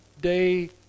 day